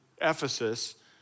Ephesus